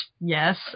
yes